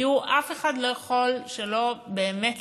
תראו, אף אחד לא יכול שלא להתכווץ